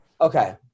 Okay